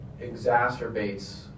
exacerbates